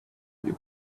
your